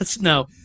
No